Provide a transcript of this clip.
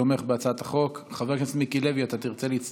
אינה נוכחת, חברת הכנסת קרן ברק, אינה נוכחת.